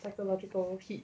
psychological heat